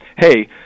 hey